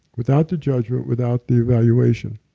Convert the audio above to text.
without the judgment, without the evaluation.